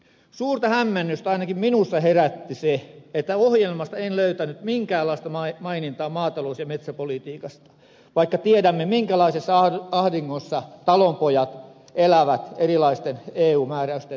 suurta hämmennystä ainakin minussa herätti se että ohjelmasta en löytänyt minkäänlaista mainintaa maa ja metsätalouspolitiikasta vaikka tiedämme minkälaisessa ahdingossa talonpojat elävät erilaisten eu määräysten seurauksena